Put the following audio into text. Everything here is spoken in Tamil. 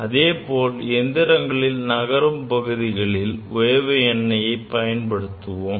அதேபோல் எந்திரங்களின் நகரும் பகுதிகளில் உயவு எண்ணெய்யை பயன்படுத்துவோம்